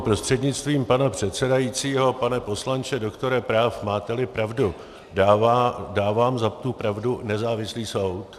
Prostřednictvím pana předsedajícího, pane poslanče, doktore práv, máteli pravdu, dá vám za tu pravdu nezávislý soud.